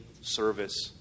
service